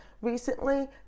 recently